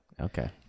Okay